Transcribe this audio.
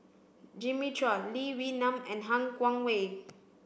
Jimmy Chua Lee Wee Nam and Han Guangwei